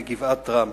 בגבעת-רם.